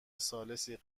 ثالثی